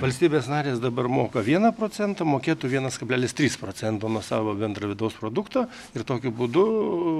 valstybės narės dabar moka vieną procentą mokėtų vienas kablelis trys procento nuo savo bendro vidaus produkto ir tokiu būdu